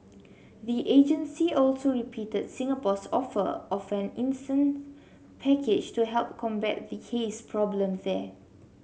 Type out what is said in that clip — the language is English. the agency also repeated Singapore's offer of an instance package to help combat the haze problem there